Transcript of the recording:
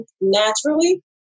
naturally